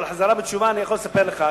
על החזרה בתשובה אני לא יכול לספר לך.